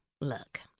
Look